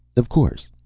of course.